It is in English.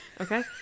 Okay